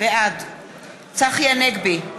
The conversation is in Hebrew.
בעד צחי הנגבי,